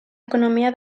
economia